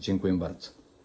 Dziękuję bardzo.